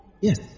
Yes